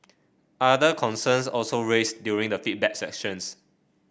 other concerns also raise during the feedback sessions